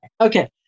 Okay